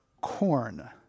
corn